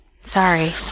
Sorry